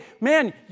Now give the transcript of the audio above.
man